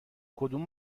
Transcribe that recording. کدوم